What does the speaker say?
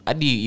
Adi